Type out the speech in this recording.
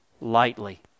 lightly